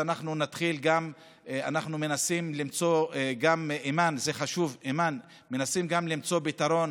אנחנו מנסים למצוא פתרון